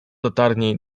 latarni